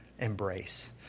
embrace